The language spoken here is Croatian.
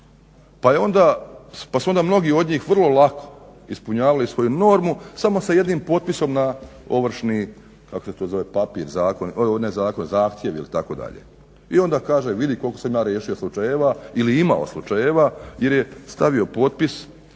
pa su onda mnogi od njih vrlo lako ispunjavali svoju normu samo sa jednim potpisom na ovršni kako se to zove papir, ne zakon, zahtjev ili itd. I onda kaže, vidi koliko sam ja riješio slučajeva ili imao slučajeva jer je stavio potpis